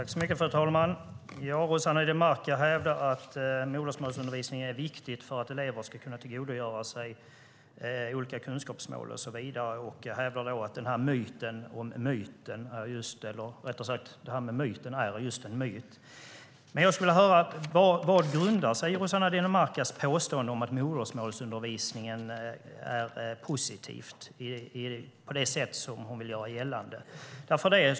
Fru talman! Rossana Dinamarca hävdar att modersmålsundervisning är viktigt för att elever ska kunna tillgodogöra sig olika kunskapsmål och så vidare. Hon hävdar att myten är en myt. Jag skulle vilja höra vad Rossana Dinamarcas påstående om att modersmålsundervisningen är positiv på det sätt som hon vill göra gällande grundar sig på.